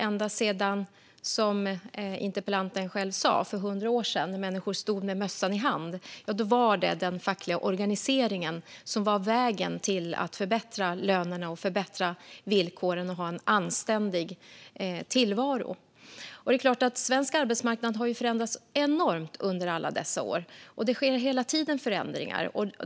Interpellanten sa det själv. När människor för hundra år sedan stod med mössan i hand var det den fackliga organiseringen som var vägen till att förbättra lönerna och villkoren och få en anständig tillvaro. Det är klart att svensk arbetsmarknad har förändrats enormt under alla dessa år. Förändringar sker hela tiden.